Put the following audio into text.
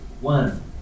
one